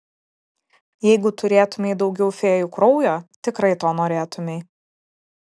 jeigu turėtumei daugiau fėjų kraujo tikrai to norėtumei